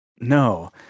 No